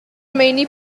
meini